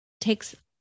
takes